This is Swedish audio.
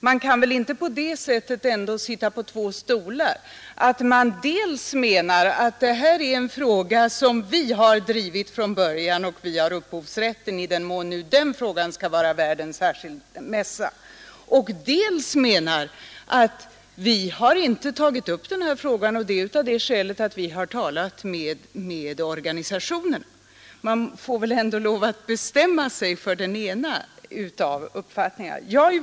Man kan väl ändå inte på det sättet sitta på två stolar, att man dels menar att man drivit denna fråga från början, att man så att säga har upphovsrätten — i den mån den saken skall vara värd en särskild mässa — dels menar att man inte har tagit upp den här frågan av det skälet att organisationerna inte velat det. Man får väl ändå lov att bestämma sig för den ena av linjerna.